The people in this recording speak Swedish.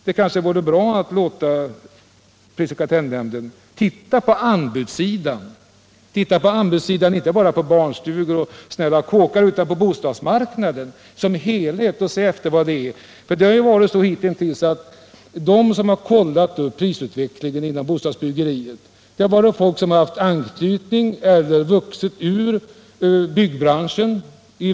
Det kanske som sagt vore bra att låta prisoch kartellnämnden studera anbudssidan, inte bara när det gäller barnstugor m.m. utan i fråga om bostadsmarknaden som helhet. Hittills har det ju varit så att de personer i verk och organisationer som har kontrollerat prisutvecklingen har haft anknytning till eller varit vuxna ur byggnadsbranschen.